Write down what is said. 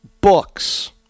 books